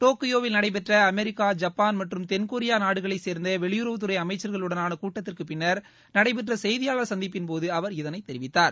டோக்கியோவில் நடைபெற்ற America Japan மற்றும் தென்கொரியா நாடுகளைச் சேர்ந்த வெளியுறவுத்துறை அமைச்சா்களுடனான கூட்டத்திற்குப் பின்னா் நடைபெற்ற செய்தியாளா் சந்திப்பின்போது அவா் இதனைத் தெரிவித்தார்